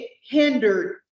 hindered